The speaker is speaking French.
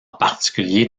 particulier